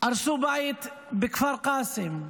הרסו בית בכפר קאסם,